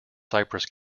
cypress